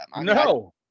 No